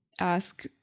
ask